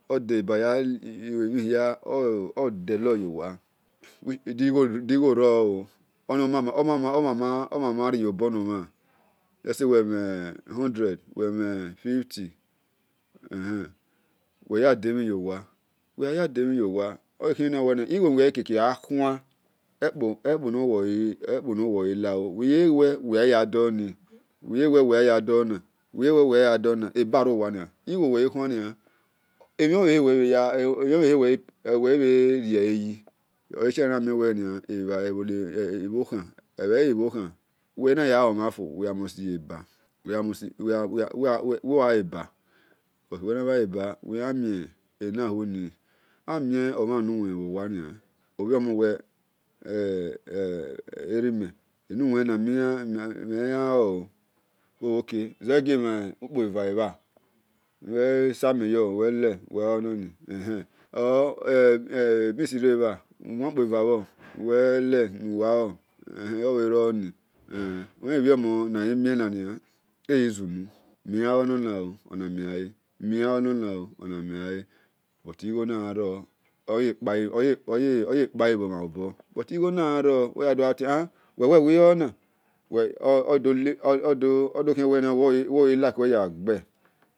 Ode-baya hue-mhien-hia de-igho-ro-oh omama ri-iyobor nomhan we-mhen loo, we-mhenso odemhin yo wa ehen igho nuwe yan-kikie-gha khuan ekpo nowe oghi lawo eba-rowania wiye doona na oleshie ibhokhan omhan olebhale amien omon wel uewn-mhen nuwe le owel ohe bhiyan lor awe ize rebha beans rebha nuwe le nuwa lor wel nen-nen ibhiomo nagi-mienna ejizunu miyan onona ona menyan le but igho nagha ro buti igho nai ro wedoti han uwe-we uwi onona we-do like nuwe yagbe.